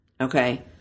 Okay